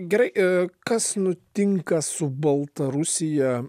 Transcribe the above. gerai i kas nutinka su baltarusija